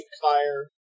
Fire